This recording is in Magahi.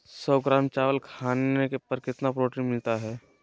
सौ ग्राम चावल खाने पर कितना प्रोटीन मिलना हैय?